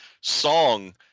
song